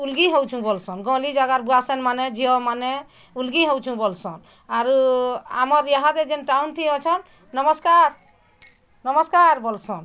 ଉଲ୍ଗି ହଉଛୁଁ ବୋଲସନ୍ ଗଲି ଜାଗାର୍ ଭୁଆସନ୍ ମାନେ ଝିଅମାନେ ଉଲ୍ଗି ହଉଛୁଁ ବୋଲସନ୍ ଆରୁ ଆମର୍ ଇହାଦେ ଯେନ୍ ଟାଉନ୍ ଥି ଅଛନ୍ ନମସ୍କାର୍ ନମସ୍କାର୍ ବୋଲସନ୍